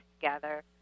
together